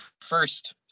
first